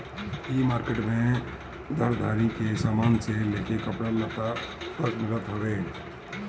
इ मार्किट में घरदारी के सामान से लेके कपड़ा लत्ता तक मिलत हवे